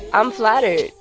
i'm flattered.